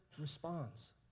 responds